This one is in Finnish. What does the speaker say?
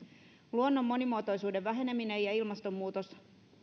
luonnon monimuotoisuuden väheneminen ja ilmastonmuutos